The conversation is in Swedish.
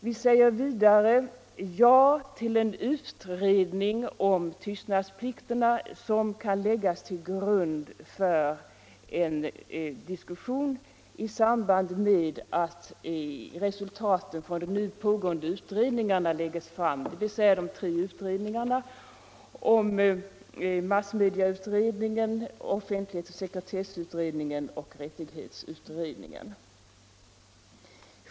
Vi säger vidare ja till en utredning om tystnadsplikterna som kan läggas till grund för en diskussion i samband med att resultaten från de nu pågående tre utredningarna läggs fram - massmedieutredningen, offentlighetsoch sekretesslagstiftningskommittén och frioch rättighetsutredningen.